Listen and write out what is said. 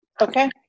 Okay